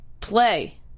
play